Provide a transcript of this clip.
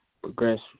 progress